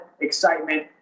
excitement